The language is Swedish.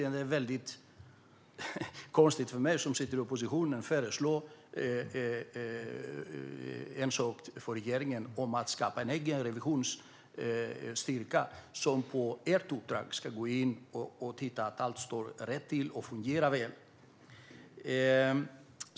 Det är lite konstigt för mig som sitter i oppositionen att föreslå en sak för regeringen, men man kan skapa en egen revisionsstyrka som på regeringens uppdrag kan gå in och titta för att se att allt står rätt till och fungerar väl.